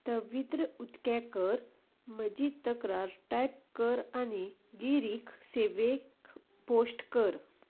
तवित्र उक्तें कर म्हजी तक्रार टायप कर आनी गिरीक सेवेक पोस्ट कर